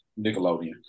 Nickelodeon